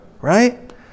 right